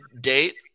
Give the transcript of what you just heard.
date